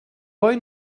boy